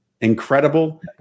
Incredible